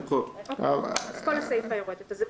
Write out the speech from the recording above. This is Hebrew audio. כל הסיפה יורדת.